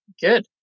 good